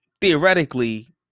theoretically